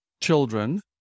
children